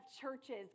churches